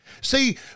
See